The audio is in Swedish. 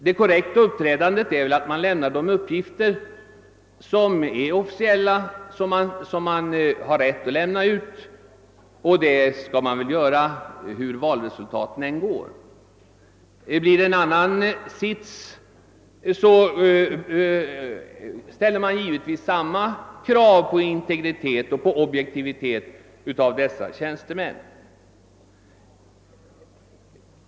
Det korrekta uppträdandet är väl att man lämnar ut de uppgifter som är officiella och som man har rätt att offentliggöra, och det skall man göra hur än valresultatet blivit. Blir det en annan regering ställer man givetvis samma krav på integritet och objektivitet hos tjänstemännen.